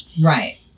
right